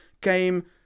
came